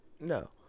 no